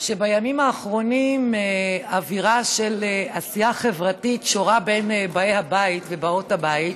שבימים האחרונים אווירה של עשייה חברתית שורה בין באי הבית ובאות הבית,